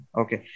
okay